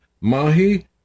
mahi